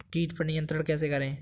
कीट पर नियंत्रण कैसे करें?